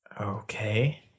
Okay